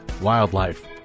Wildlife